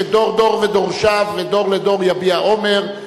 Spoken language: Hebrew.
דור דור ודורשיו ודור לדור יביע אומר,